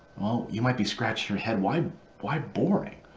well, you might be scratching your head, why why boring?